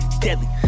Deadly